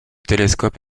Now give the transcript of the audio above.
télescope